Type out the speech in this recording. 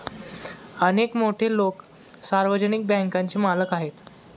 अनेक मोठे लोकं सार्वजनिक बँकांचे मालक आहेत